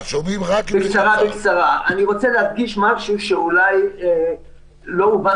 אני רוצה להדגיש משהו שאולי לא הובן